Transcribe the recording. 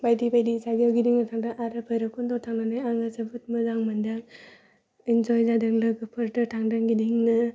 बायदि बायदि जायगायाव गिदिंनो थांदों आरो बैरब खुन्दआव थांनानै आङो जोबोद मोजां मोनदों इन्जय जादों लोगोफोरजों थांदों गिदिंनो